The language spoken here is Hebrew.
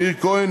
מאיר כהן,